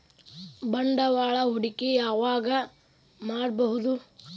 ಬಂಡವಾಳ ಹೂಡಕಿ ಯಾವಾಗ್ ಮಾಡ್ಬಹುದು?